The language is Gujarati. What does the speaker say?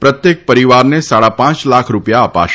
પ્રત્યેક પરિવારને સાડા પાંચ લાખ રૂપિયા અપાશે